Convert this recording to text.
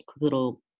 little